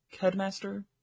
Headmaster